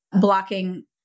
blocking